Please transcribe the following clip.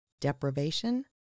Deprivation